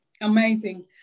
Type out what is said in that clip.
amazing